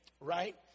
Right